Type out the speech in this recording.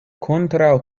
kontraŭ